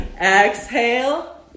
Exhale